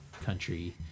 country